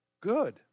good